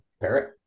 Parrot